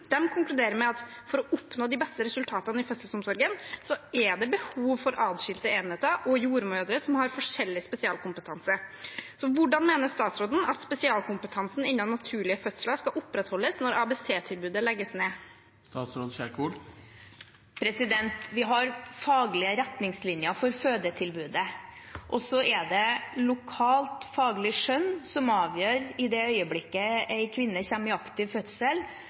jordmødre som har forskjellig spesialkompetanse. Hvordan mener statsråden at spesialkompetansen innenfor naturlige fødsler skal opprettholdes når ABC-tilbudet legges ned? Vi har faglige retningslinjer for fødetilbudet, og så er det lokalt faglig skjønn som, i det øyeblikket en kvinne kommer i aktiv fødsel,